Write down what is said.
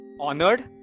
honored